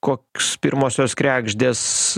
koks pirmosios kregždės